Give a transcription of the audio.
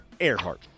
Earhart